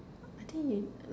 I think you